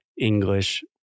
English